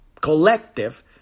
collective